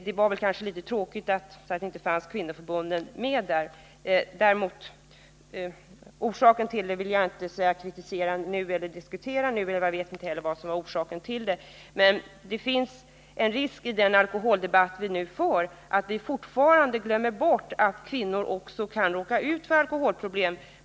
Det var litet tråkigt att inte kvinnoförbunden var med där. Orsaken vill jag inte diskutera nu — jag vet inte heller vad som var orsaken till detta. I den alkoholdebatt som vi nu för finns det fortfarande risk att vi glömmer bort att också kvinnor kan råka ut för alkoholproblem.